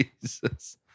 Jesus